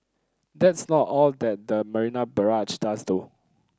that's not all that the Marina Barrage does though